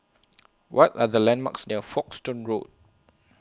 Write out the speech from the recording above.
What Are The landmarks near Folkestone Road